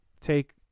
take